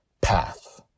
path